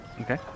Okay